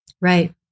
Right